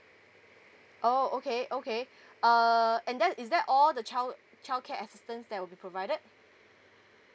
oh okay okay uh and then is that all the child child care assistance that will be provided